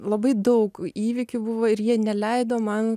labai daug įvykių buvo ir jie neleido man